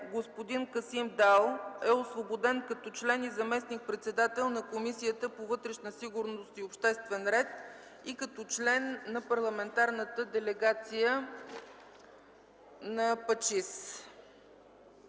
господин Касим Дал е освободен като член и заместник-председател на Комисията по вътрешна сигурност и обществен ред и като член на Парламентарната делегация на